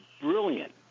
brilliant